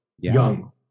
young